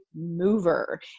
mover